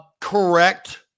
correct